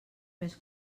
més